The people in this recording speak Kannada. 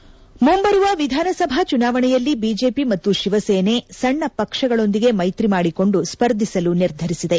ಹೆಡ್ ಮುಂಬರುವ ವಿಧಾನಸಭಾ ಚುನಾವಣೆಯಲ್ಲಿ ಬಿಜೆಪಿ ಮತ್ತು ಶಿವಸೇನೆ ಸಣ್ಣ ಪಕ್ಷಗಳೊಂದಿಗೆ ಮೈತ್ರಿ ಮಾಡಿಕೊಂಡು ಸ್ವರ್ಧಿಸಲು ನಿರ್ಧರಿಸಿದೆ